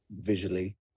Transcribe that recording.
visually